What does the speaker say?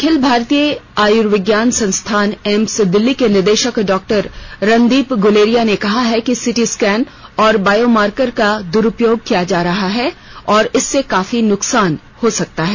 अखिल भारतीय आयुर्विज्ञान संस्थानएम्स दिल्ली के निदेशक डॉ रणदीप गुलेरिया ने कहा है कि सीटी स्कैन और बायोमार्कर का दुरुपयोग किया जा रहा है और इससे काफी नुकसान हो सकता है